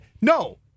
no